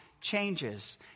changes